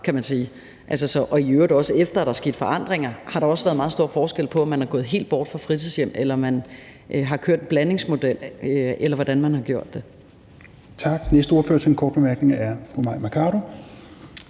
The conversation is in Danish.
kan man sige, og der har i øvrigt også, efter at der skete forandringer, været meget stor forskel på, om man er gået helt bort fra fritidshjem, eller om man har kørt en blandingsmodel, eller hvordan man har gjort det. Kl. 10:17 Tredje næstformand (Rasmus Helveg